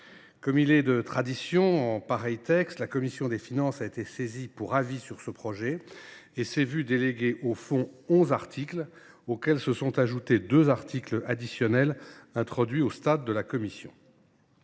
comme il est de tradition pour un tel texte, la commission des finances a été saisie pour avis sur ce projet de loi et s’est vue déléguer au fond onze articles, auxquels se sont ajoutés deux articles additionnels introduits lors de son examen en commission.